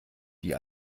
die